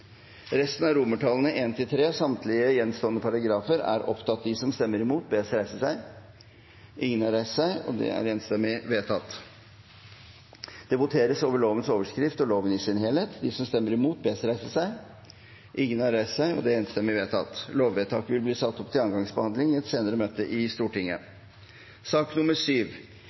resten av romertallene I–III, samtlige gjenstående paragrafer. Det voteres over lovens overskrift og loven i sin helhet. Lovvedtaket vil bli satt opp til andre gangs behandling i et senere møte i Stortinget.